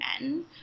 men